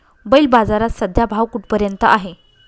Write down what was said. बैल बाजारात सध्या भाव कुठपर्यंत आहे?